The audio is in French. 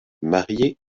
marié